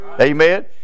Amen